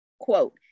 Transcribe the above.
quote